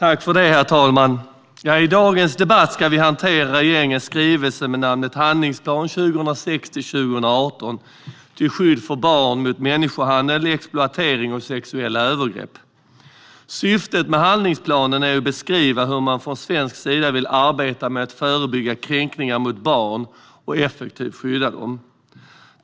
Herr talman! I dagens debatt ska vi hantera regeringens skrivelse med namnet Handlingsplan 2016 - 2018 till skydd för barn mot människohandel, exploatering och sexuella övergrepp . Syftet med handlingsplanen är att beskriva hur man från svensk sida vill arbeta med att förebygga kränkningar mot barn och effektivt skydda barnen.